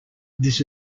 this